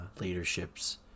leadership's